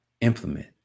implement